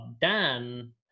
Dan